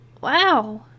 Wow